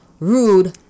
Rude